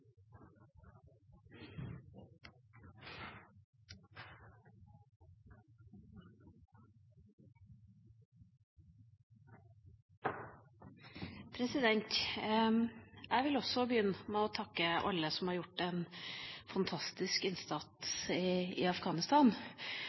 Jeg vil også begynne med å takke alle som har gjort en fantastisk innsats